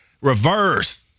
reverse